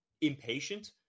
impatient